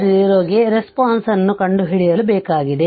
t0 ಗೆ ರೇಸ್ಪೋಂಸ್ನ್ನು ಕಂಡುಹಿಡಿಯ ಬೇಕಾಗಿದೆ